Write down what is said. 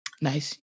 Nice